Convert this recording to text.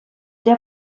der